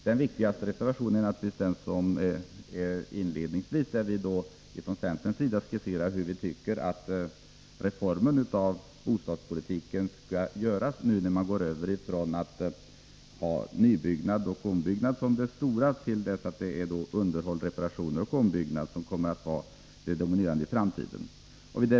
Den viktigaste reservationen är den som presenteras inledningsvis, där vi från centerns sida skisserar hur vi tycker att reformeringen av bostadspolitiken skall genomföras, när man nu skall gå över från att ha nybyggnad och ombyggnad som de viktigaste områdena till att ha underhåll, reparationer och ombyggnad som det dominerande i framtiden.